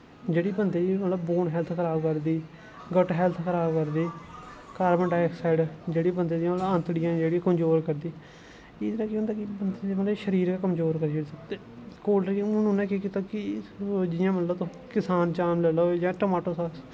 जेह्ड़ी बंदे दी मतलब बोन हैल्थ खराब करदी गट हैल्थ खराब करदी कार्बन डाईक्साईड जेह्ड़ी बंदे दियां आंतड़ियां खराब करदी एह्दे नै केह् होंदा कि बंदा दा शरीर कमज़ोर करी ओड़दी कोल्ड ड्रिंक हून उ'नें केह् कीता कि हून जि'यां कुस किसान जैम लेई लैओ जां टमाटो सास